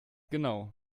genau